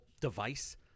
device